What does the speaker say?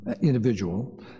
individual